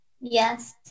yes